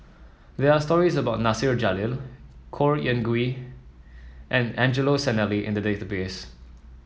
there are stories about Nasir Jalil Khor Ean Ghee and Angelo Sanelli in the database